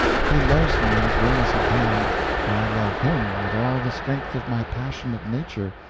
he loves me as well as he can i love him with all the strength of my passionate nature,